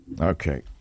Okay